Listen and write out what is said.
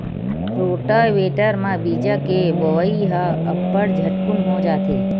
rotavator म बीजा के बोवई ह अब्बड़ झटकुन हो जाथे